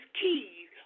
keys